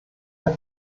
der